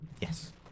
Yes